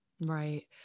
Right